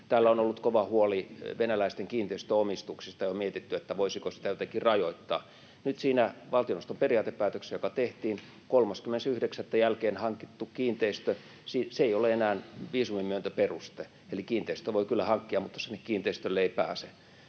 Täällä on ollut kova huoli venäläisten kiinteistöomistuksista, ja on mietitty, voisiko sitä jotenkin rajoittaa. Nyt siinä valtioneuvoston periaatepäätöksessä, joka tehtiin, 30.9. jälkeen hankittu kiinteistö ei ole enää viisumin myöntöperuste, eli kiinteistön voi kyllä hankkia, mutta sinne kiinteistölle ei pääse.